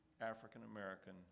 African-American